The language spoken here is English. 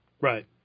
Right